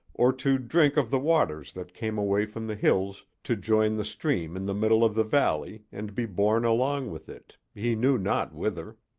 or to drink of the waters that came away from the hills to join the stream in the middle of the valley and be borne along with it, he knew not whither.